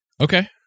Okay